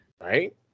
Right